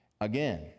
again